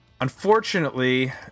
unfortunately